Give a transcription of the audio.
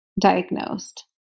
diagnosed